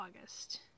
August